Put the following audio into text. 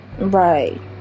right